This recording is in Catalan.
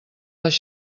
les